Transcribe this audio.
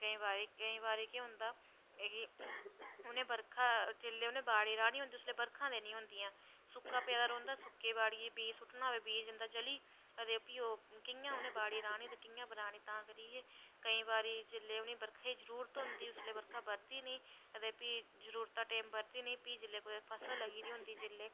केईं बारी केईं बारी केह् होंदा कि उनें बर्खा जेल्लै उनें बाड़ी राह्नी होंदी ते उसलै बर्खा निं होंदी ऐ सुक्का पेदा रौंहदा सुक्की बाड़ियै बीऽ सुट्टना होऐ बीऽ जंदा सुक्की ते भी ओह् कियां उनें बाड़ी राह्नी ते कियां बनानी ते तां करियै ते केईं बारी जेल्लै उनेंगी बर्खै दी जरूरत होंदी ते उसलै बर्खा ब'रदी नेईं ते जरूरता टाईम ब'रदी नेईं ते भी जिसलै फसल लग्गी दी होंदी ते